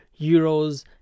euros